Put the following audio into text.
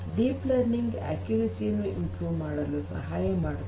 deep learning ನಿಖರತೆಯನ್ನು ಸುಧಾರಿಸಲು ಸಹಾಯ ಮಾಡುತ್ತದೆ